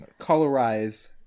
colorize